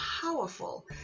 powerful